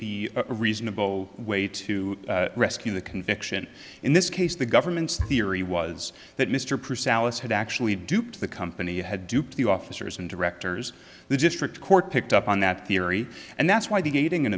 be a reasonable way to rescue the conviction in this case the government's theory was that mr personality had actually duped the company you had duped the officers and directors the district court picked up on that theory and that's why the gating and